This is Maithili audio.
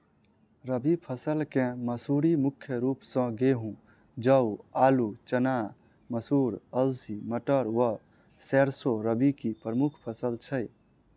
रबी फसल केँ मसूरी मुख्य रूप सँ गेंहूँ, जौ, आलु,, चना, मसूर, अलसी, मटर व सैरसो रबी की प्रमुख फसल छै